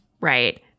Right